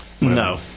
No